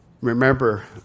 Remember